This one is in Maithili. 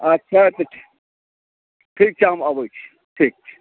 अच्छा तऽ ठीक ठीक छै हम अबै छी ठीक छै